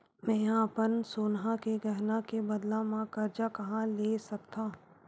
मेंहा अपन सोनहा के गहना के बदला मा कर्जा कहाँ ले सकथव?